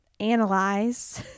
analyze